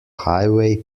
highway